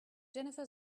jennifer